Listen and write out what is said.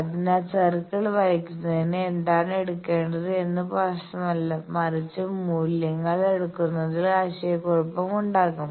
അതിനാൽ സർക്കിൾ വരയ്ക്കുന്നതിന് ഏതാണ് എടുക്കേണ്ടത് എന്നത് പ്രശ്നമല്ല മറിച്ച് മൂല്യങ്ങൾ എടുക്കുന്നതിൽ ആശയക്കുഴപ്പമുണ്ടാകും